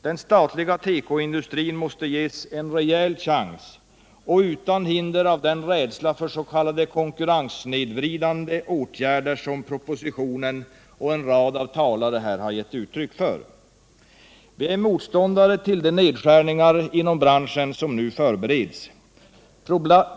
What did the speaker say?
Den statliga tekoindustrin måste ges en rejäl chans, utan hinder av den rädsla för s.k. konkurrenssnedvridande åtgärder som propositionen och en rad talare här har gett uttryck för. Vi är motståndare till de nedskärningar inom branschen som nu förbereds.